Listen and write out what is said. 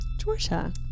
Georgia